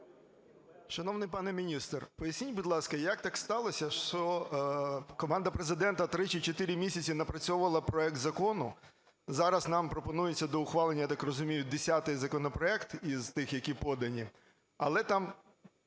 Шановний пане міністре, поясніть, будь ласка, як так сталося, що команда Президента 3 чи 4 місяці напрацьовувала проект закону, зараз нам пропонується до ухвалення, я так розумію, десятий законопроект із тих, які подані, але там